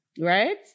Right